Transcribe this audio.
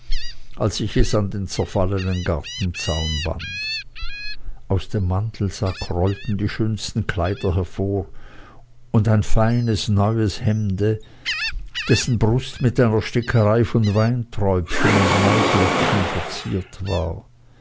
als ich es an den zerfallenden gartenzaun band aus dem mantelsack rollten die schönsten kleider hervor und ein feines neues hemde dessen brust mit einer stickerei von weinträubchen und maiglöckchen verziert war